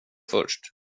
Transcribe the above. först